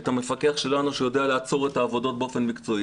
את המפקח שלנו שיודע לעצור את העבודות באופן מקוצי,